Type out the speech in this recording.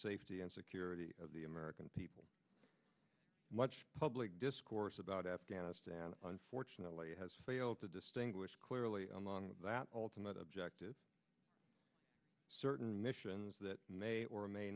safety and security of the american people what public discourse about afghanistan unfortunately has failed to stingel is clearly among that ultimate objective certain missions that may or may